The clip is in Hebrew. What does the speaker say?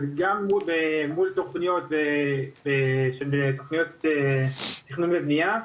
אז גם מול תוכניות של תכנון ובנייה,